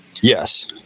Yes